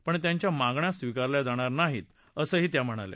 पण त्यांच्या मागण्या स्वीकारल्या जाणार नाहीत असं त्या म्हणाल्या